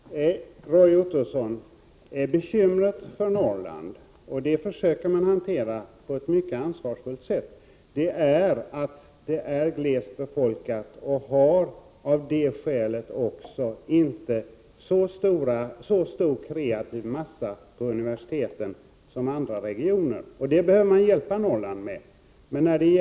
Herr talman! Roy Ottosson, bekymret för Norrland, som man försöker hantera på ett mycket ansvarsfullt sätt, är att det är glest befolkat och av det skälet inte har en så stor kreativ massa på universiteten som andra regioner. Därför behöver Norrland hjälp med detta.